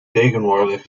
tegenwoordig